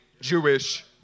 Jewish